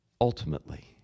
ultimately